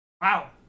Wow